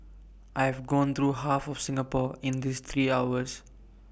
I have gone through half of Singapore in these three hours